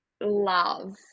love